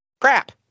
crap